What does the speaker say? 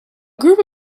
group